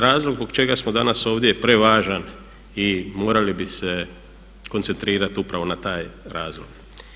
Razlog zbog čega smo danas ovdje je prevažan i morali bi se koncentrirati upravo na taj razlog.